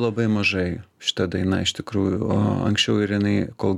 labai mažai šita daina iš tikrųjų o anksčiau ir inai kol